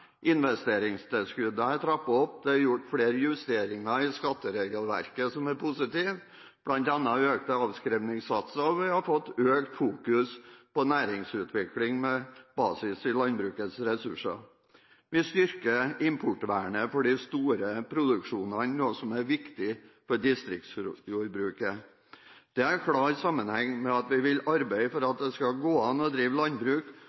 investeringstilskuddene er trappet opp, det er gjort flere justeringer i skatteregelverket som er positive – bl.a. økte avskrivningssatser – og vi har fått økt fokus på næringsutvikling med basis i landbrukets ressurser. Vi styrker importvernet for de store produksjonene, noe som er viktig for distriktsjordbruket. Det har klar sammenheng med at vi vil arbeide for at det skal gå an å drive landbruk